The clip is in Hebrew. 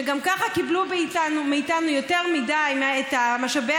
שגם ככה קיבלו מאיתנו יותר מדי את משאבי